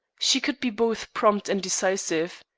she could be both prompt and decisive.